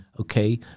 Okay